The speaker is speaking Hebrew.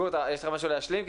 גור, יש לך משהו להשלים?